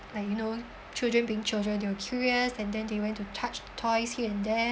like you know children being children they were curious and then they went to touch toys here and there